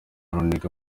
runiga